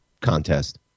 contest